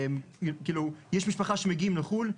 יש משפחה שמגיעה מחו"ל,